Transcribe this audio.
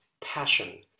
passion